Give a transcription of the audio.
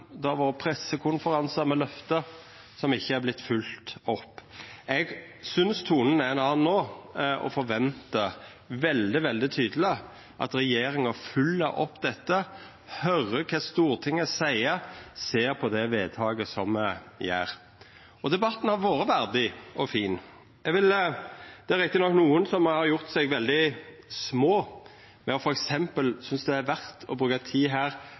det har vore pressekonferansar med løfte som ikkje har vorte følgde opp. Eg synest tonen er ein annan no, og eg forventar veldig tydeleg at regjeringa følgjer opp dette, høyrer kva Stortinget seier, og ser på det vedtaket som me gjer. Debatten har vore verdig og fin. Det er riktignok nokon som har gjort seg veldig små, ved f.eks. å synest det har vore verdt å bruka tid her